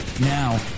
Now